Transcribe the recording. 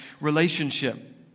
relationship